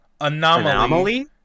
Anomaly